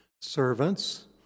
servants